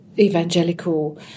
evangelical